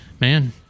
man